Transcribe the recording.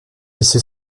laisser